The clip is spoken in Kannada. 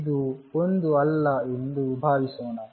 ಇದು 1 ಅಲ್ಲ ಎಂದು ಭಾವಿಸೋಣ